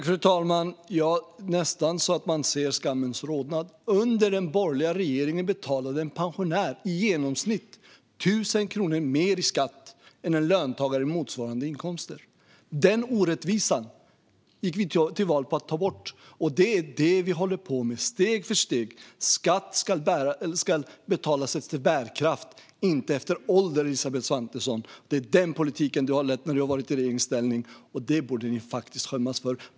Fru talman! Det är nästan så att man ser skammens rodnad. Under den borgerliga regeringen betalade en pensionär i genomsnitt 1 000 kronor mer i skatt än en löntagare med motsvarande inkomster. Denna orättvisa gick vi till val på att ta bort. Det är det vi håller på med, steg för steg. Skatt ska betalas efter bärkraft och inte efter ålder, Elisabeth Svantesson. Det är den politiken du har drivit när du har varit i regeringsställning, och det borde ni faktiskt skämmas för.